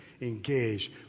engaged